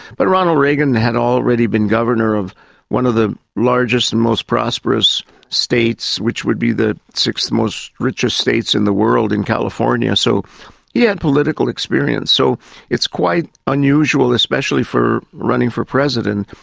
but ronald reagan had already been governor of one of the largest and most prosperous states which would be the sixth most richest states in the world in california. so he had political experience. so it's quite unusual, especially running for president,